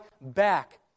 back